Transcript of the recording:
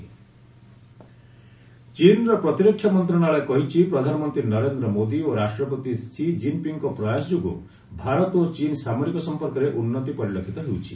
India China military relations ଚୀନ୍ର ପ୍ରତିରକ୍ଷା ମନ୍ତ୍ରଣାଳୟ କହିଛି ପ୍ରଧାନମନ୍ତ୍ରୀ ନରେନ୍ଦ୍ର ମୋଦି ଓ ରାଷ୍ଟ୍ରପତି ଷି ଜିନ୍ପିଙ୍ଗ୍ଙ୍କ ପ୍ରୟାସ ଯୋଗୁଁ ଭାରତ ଓ ଚୀନ୍ ସାମରିକ ସମ୍ପର୍କରେ ଉନ୍ନତି ପରିଲକ୍ଷିତ ହେଉଛି